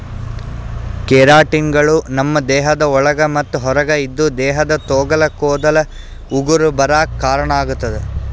ಕೆರಾಟಿನ್ಗಳು ನಮ್ಮ್ ದೇಹದ ಒಳಗ ಮತ್ತ್ ಹೊರಗ ಇದ್ದು ದೇಹದ ತೊಗಲ ಕೂದಲ ಉಗುರ ಬರಾಕ್ ಕಾರಣಾಗತದ